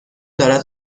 دارد